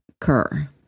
cur